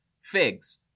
figs